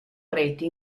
reti